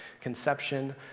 conception